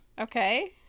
Okay